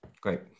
Great